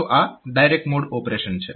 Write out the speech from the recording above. તો આ direct mode operation છે